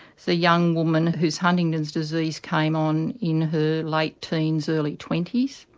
the young woman whose huntington's disease came on in her late teens, early twenty s,